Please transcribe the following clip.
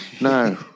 no